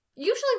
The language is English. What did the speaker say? Usually